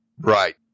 Right